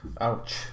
Ouch